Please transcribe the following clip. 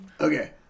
Okay